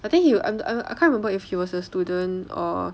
I think he will I I I can't remember if he was a student or